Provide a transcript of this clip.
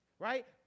Right